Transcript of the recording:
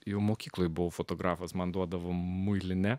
jau mokykloje buvo fotografas man duodavo muilinę